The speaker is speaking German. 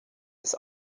bis